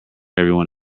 everyone